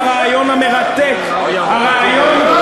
המולדת שלי גם שאני איאבק למען השוויון.